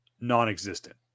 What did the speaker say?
non-existent